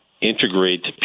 integrate